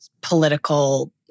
political